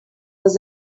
was